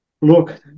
look